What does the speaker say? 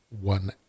One